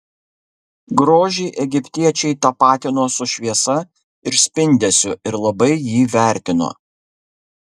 grožį egiptiečiai tapatino su šviesa ir spindesiu ir labai jį vertino